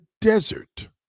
desert